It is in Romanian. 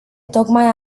tocmai